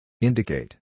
Indicate